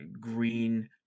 Green